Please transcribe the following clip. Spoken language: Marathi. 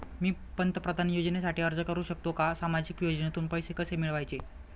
मी पंतप्रधान योजनेसाठी अर्ज करु शकतो का? सामाजिक योजनेतून पैसे कसे मिळवायचे